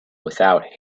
without